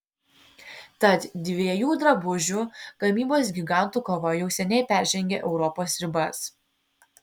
tad dviejų drabužių gamybos gigantų kova jau seniai peržengė europos ribas